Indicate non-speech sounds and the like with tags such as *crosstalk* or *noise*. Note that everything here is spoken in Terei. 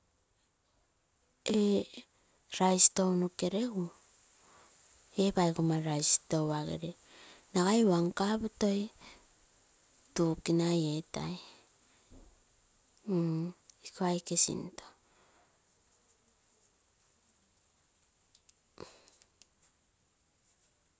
Eee rice touno noke regu eege paigo nice store gere nagai one cup toi two kinai etai. *hesitation* Iko aike sinto.